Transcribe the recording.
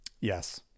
Yes